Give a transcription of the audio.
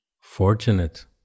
fortunate